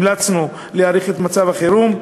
המלצנו להאריך בו את מצב החירום.